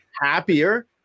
happier